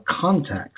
context